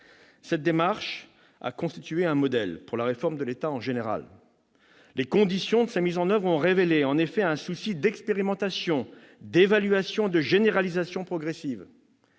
Cette démarche a constitué un modèle pour la réforme de l'État en général. Les conditions de sa mise en oeuvre ont en effet révélé un souci d'expérimentation, d'évaluation et de généralisation progressive.